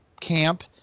camp